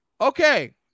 Okay